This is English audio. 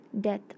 Death